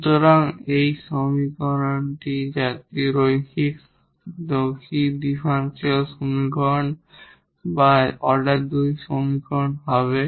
সুতরাং এটি homogeneous linear differential সমীকরণ বা অর্ডার দুই এর সমীকরণ হবে